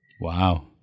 Wow